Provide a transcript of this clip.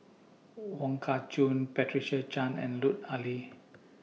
Wong Kah Chun Patricia Chan and Lut Ali